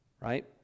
right